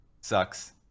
sucks